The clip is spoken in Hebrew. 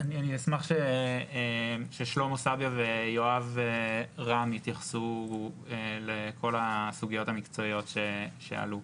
אני אשמח ששלמה סביה ויואב רם יתייחסו לכל הסוגיות המקצועיות שעלו.